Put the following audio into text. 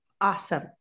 Awesome